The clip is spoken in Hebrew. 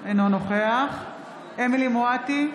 אינו נוכח אמילי חיה מואטי,